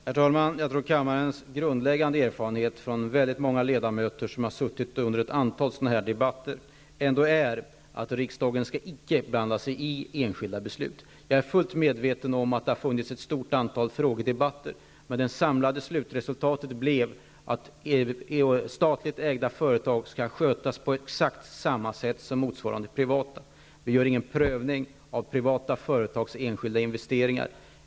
Herr talman! Jag tror att den grundläggande erfarenheten för många av kammarens ledamöter, som har suttit med under ett antal sådana här debatter, är att riksdagen icke skall blanda sig i enskilda beslut. Jag är fullt medveten om att det har varit ett stort antal frågedebatter. Slutresultatet är att statligt ägda företag skall skötas på exakt samma sätt som motsvarande privata. Vi gör ingen prövning av privata företags enskilda investeringar.